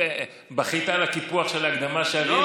בכית על הקיפוח של ההקדמה שאריאל קיבל.